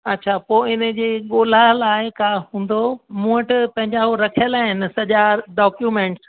अच्छा पोइ हिनजे ॻोल्हा लाइ का हूंदो मूं वटि पंहिंजा उहो रखियल आहिनि सॼा डॉक्यूमेंट्स